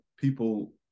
people